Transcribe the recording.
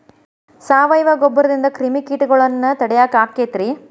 ಸಾವಯವ ಗೊಬ್ಬರದಿಂದ ಕ್ರಿಮಿಕೇಟಗೊಳ್ನ ತಡಿಯಾಕ ಆಕ್ಕೆತಿ ರೇ?